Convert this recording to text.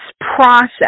process